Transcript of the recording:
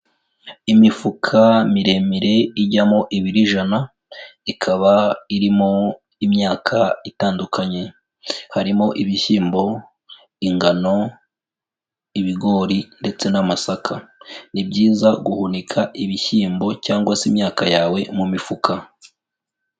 Imifuka miremire ijyamo ibiro ijana, ikaba irimo imyaka itandukanye. Harimo ibishyimbo, ingano, ibigori ndetse n'amasaka. Ni byiza guhunika ibishyimbo cyangwa se imyaka yawe mu mifuka.